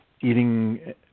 eating